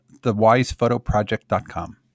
thewisephotoproject.com